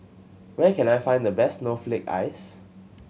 where can I find the best snowflake ice